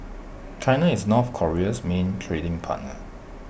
China is north Korea's main trading partner